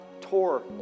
tore